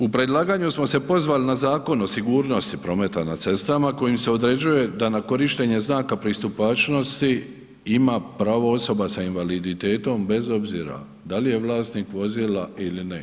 U predlaganju smo se pozvali na Zakon o sigurnosti prometa na cestama kojim se određuje da na korištenje znaka pristupačnosti ima pravo osoba sa invaliditetom bez obzira da li je vlasnik vozila ili ne.